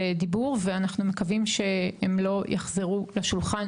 דיבור ואנחנו מקווים שהם לא יחזרו לשולחן,